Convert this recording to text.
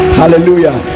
hallelujah